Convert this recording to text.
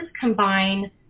combine